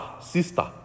sister